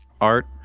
art